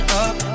up